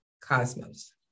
cosmos